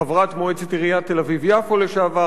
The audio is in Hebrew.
חברת מועצת עיריית תל-אביב יפו לשעבר,